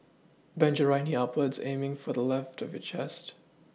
bend your right knee upwards aiming for the left of your chest